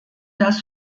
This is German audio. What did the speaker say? das